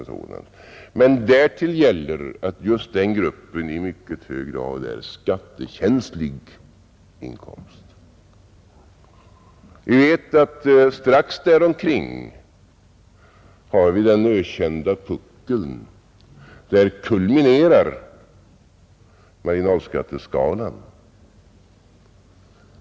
Men därtill kommer att den gruppen i mycket hög grad har skattekänslig inkomst. Vi vet att just däromkring har vi den ökända puckeln. Där kulminerar marginalskatteskalan.